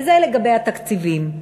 וזה לגבי התקציבים.